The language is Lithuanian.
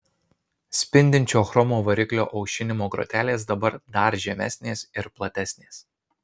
spindinčio chromo variklio aušinimo grotelės dabar dar žemesnės ir platesnės